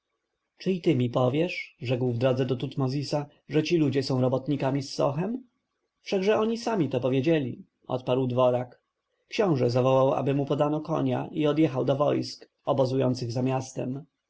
i ty mi powiesz rzekł w drodze do tutmozisa że ci ludzie są robotnikami z sochem wszakże oni sami to powiedzieli odparł dworak książę zawołał aby mu podano konia i odjechał do wojsk obozujących za miastem